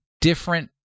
different